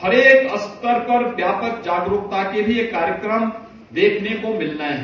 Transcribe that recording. हर एक स्तर पर व्यापक जागरूकता के कार्यकम देखने को मिल रहे हैं